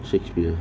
shakespeare